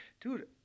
Dude